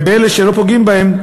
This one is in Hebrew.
וישנם אלה שלא פוגעים בהם,